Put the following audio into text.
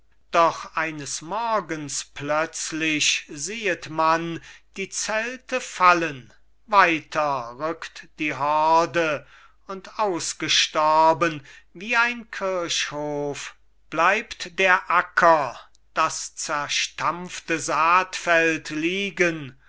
doch eines morgens plötzlich siehet man die zelte fallen weiter rückt die horde und ausgestorben wie ein kirchhof bleibt der acker das zerstampfte saatfeld liegen